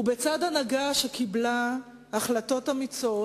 בצד הנהגה שקיבלה החלטות אמיצות